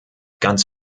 ganz